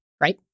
Right